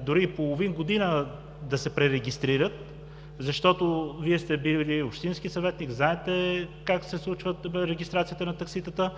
дори половин година, да се пререгистрират, защото, Вие сте били общински съветник – знаете как се случва регистрацията на такситата